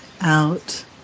out